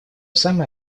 самое